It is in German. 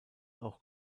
auch